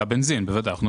בוודאי, על הבנזין.